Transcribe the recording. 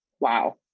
Wow